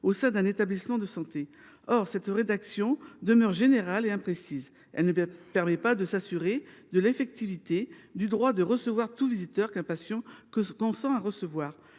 au sein d’un établissement de santé. Or cette rédaction est trop générale et imprécise ; elle ne permet pas de s’assurer de l’effectivité du droit de recevoir tout visiteur qu’un patient consent à recevoir.